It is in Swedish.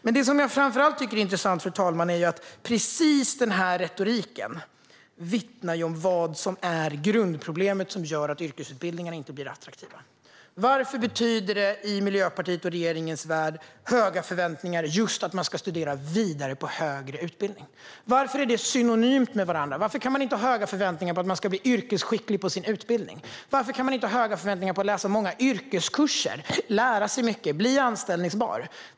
Men det som jag framför allt tycker är intressant, fru talman, är att denna retorik vittnar om det grundproblem som gör att yrkesutbildningarna inte blir attraktiva. Varför betyder höga förväntningar i Miljöpartiets och regeringens värld just att man ska studera på högre utbildning? Varför är de synonyma med varandra? Varför kan man inte ha höga förväntningar på att man ska bli yrkesskicklig på sin utbildning? Varför kan man inte ha höga förväntningar på att läsa många yrkeskurser, lära sig mycket och bli anställbar?